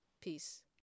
Peace